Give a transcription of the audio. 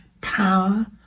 power